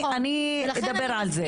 אני אדבר על זה.